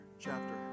chapter